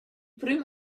prüm